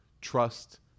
trust